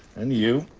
and you.